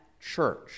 church